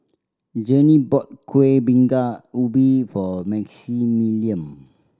Journey bought Kueh Bingka Ubi for Maximilian